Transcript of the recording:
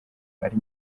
ari